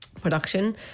production